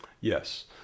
Yes